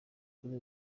kuri